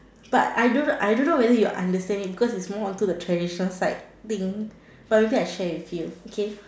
but I don't I don't know whether you understand it because it's more on to the traditional side thing but maybe I share with you okay